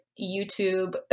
YouTube